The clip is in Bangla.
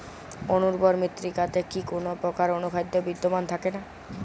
অনুর্বর মৃত্তিকাতে কি কোনো প্রকার অনুখাদ্য বিদ্যমান থাকে না?